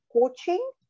coaching